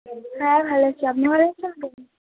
হ্যাঁ ভাই কেমন আছো